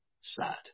sad